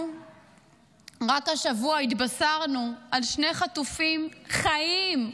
רק השבוע התבשרנו על שני חטופים חיים,